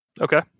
Okay